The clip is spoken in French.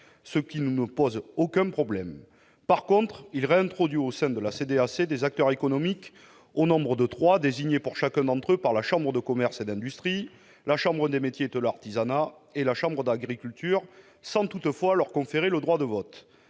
ce qui ne nous pose aucun problème. En revanche, il réintroduit au sein de la CDAC des acteurs économiques, au nombre de trois, désignés par la chambre de commerce et d'industrie, la chambre de métiers et de l'artisanat et la chambre d'agriculture, sans toutefois leur conférer le droit de vote.